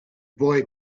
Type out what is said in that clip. boy